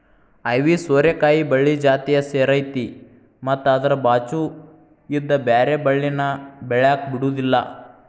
ಐವಿ ಸೋರೆಕಾಯಿ ಬಳ್ಳಿ ಜಾತಿಯ ಸೇರೈತಿ ಮತ್ತ ಅದ್ರ ಬಾಚು ಇದ್ದ ಬ್ಯಾರೆ ಬಳ್ಳಿನ ಬೆಳ್ಯಾಕ ಬಿಡುದಿಲ್ಲಾ